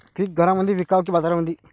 पीक घरामंदी विकावं की बाजारामंदी?